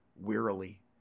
Wearily